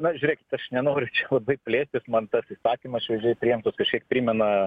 na žiūrėkit aš nenoriu čia labai plėstis man tas įstatymas šviežiai priimtas kažkiek primena